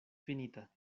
finita